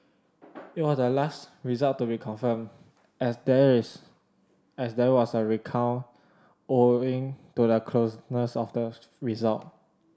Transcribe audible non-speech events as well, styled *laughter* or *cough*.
*noise* it was the last result to be confirmed as there is as there was a recount owing to the closeness of the result